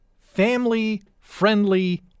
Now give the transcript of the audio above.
family-friendly